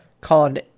called